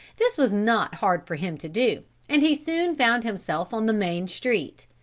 this was not hard for him to do and he soon found himself on the main street.